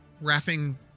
wrapping